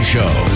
Show